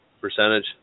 percentage